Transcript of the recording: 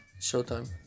showtime